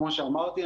כמו שאמרתי,